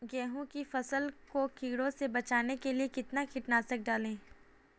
गेहूँ की फसल को कीड़ों से बचाने के लिए कितना कीटनाशक डालें?